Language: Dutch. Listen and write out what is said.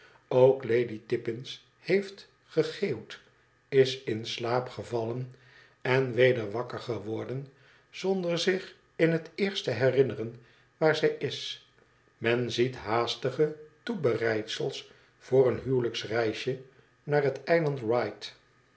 ook lady tippins heeft gegeeuwd is in slaap gevallen en weder wakker geworden zonder zich in het eerst te herinneren waar zij is men ziet haastige toebereidsels voor een huwelijksreisje naar het eiland wight